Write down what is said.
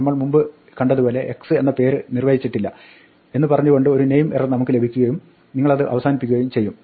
നമ്മൾ മുമ്പ് കണ്ടതുപോലെ x എന്ന പേര് നിർവ്വചിച്ചിട്ടില്ല എന്ന് പറഞ്ഞുകൊണ്ട് ഒരു നെയിം എറർ നമുക്ക് ലഭിക്കുകയും നിങ്ങളത് അവസാനിപ്പിക്കുകയും ചെയ്യും